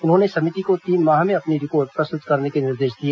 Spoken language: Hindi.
उन्होंने समिति को तीन माह में अपनी रिपोर्ट प्रस्तुत करने के निर्देश दिए